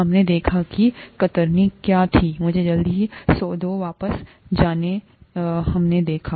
हमने देखा कि कतरनी क्या थी मुझे जल्दी सेदो वापस जानेजो हमने देखा